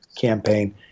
campaign